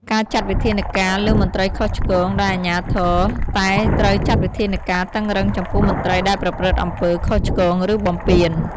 ការចាត់វិធានការលើមន្ត្រីខុសឆ្គងដោយអាជ្ញាធរតែត្រូវចាត់វិធានការតឹងរ៉ឹងចំពោះមន្ត្រីដែលប្រព្រឹត្តអំពើខុសឆ្គង ឬបំពាន។